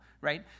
right